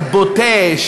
הבוטה,